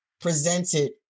presented